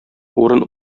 урын